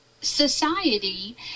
society